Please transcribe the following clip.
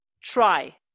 try